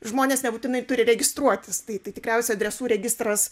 žmonės nebūtinai turi registruotis tai tai tikriausiai adresų registras